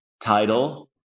title